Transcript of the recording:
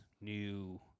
new